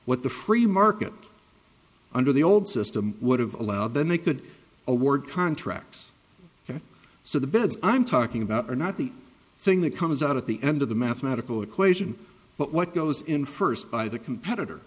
what the free market under the old system would have allowed then they could award contracts so the bids i'm talking about are not the thing that comes out of the end of the mathematical equation but what goes in first by the competitor